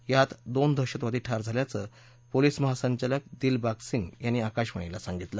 यात दोन दहशतवादी ठार झाल्याचं पोलीस महासंघालक दिलबाग सिंग यांनी आकाशवाणीला सांगितलं